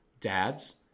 dads